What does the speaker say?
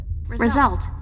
Result